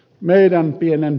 meidän pienen